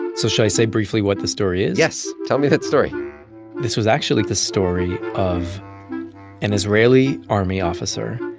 so shall i say briefly what the story is? yes, tell me that story this was actually the story of an israeli army officer.